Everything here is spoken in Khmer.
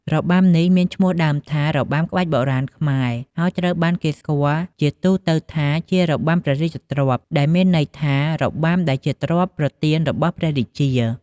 របាំនេះមានឈ្មោះដើមថា របាំក្បាច់បុរាណខ្មែរ ហើយត្រូវបានគេស្គាល់ជាទូទៅថាជា "របាំព្រះរាជទ្រព្យ" ដែលមានន័យថា "របាំដែលជាទ្រព្យប្រទានរបស់ព្រះរាជា"។